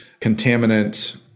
contaminant